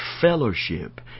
fellowship